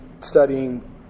studying